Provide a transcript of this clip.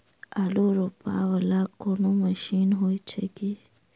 आलु रोपा वला कोनो मशीन हो छैय की?